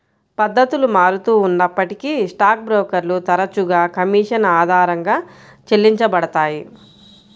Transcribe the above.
పద్ధతులు మారుతూ ఉన్నప్పటికీ స్టాక్ బ్రోకర్లు తరచుగా కమీషన్ ఆధారంగా చెల్లించబడతారు